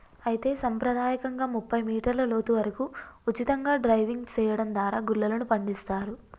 అయితే సంప్రదాయకంగా ముప్పై మీటర్ల లోతు వరకు ఉచితంగా డైవింగ్ సెయడం దారా గుల్లలను పండిస్తారు